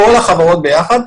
כל החברות ביחד,